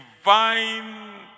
divine